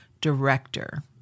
director